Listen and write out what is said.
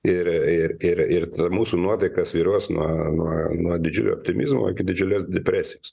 ir ir ir ta mūsų nuotaika svyruos nuo nuo nuo didžiulio optimizmo iki didžiulės depresijos